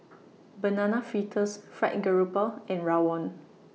Banana Fritters Fried Grouper and Rawon